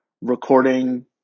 recording